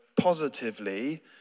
positively